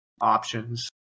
options